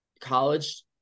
college